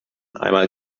einmal